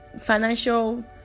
financial